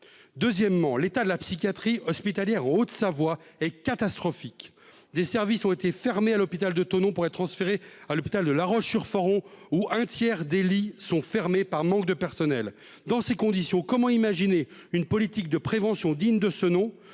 Deuxièmement, l'état de la psychiatrie hospitalière Haute-Savoie est catastrophique des services ont été fermés à l'hôpital de Thonon pour être transféré à l'hôpital de La Roche-sur-Foron où un tiers des lits sont fermés par manque de personnel dans ces conditions, comment imaginer une politique de prévention digne de ce nom.